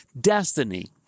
destiny